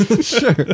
Sure